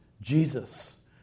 Jesus